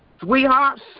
sweethearts